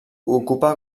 ocupa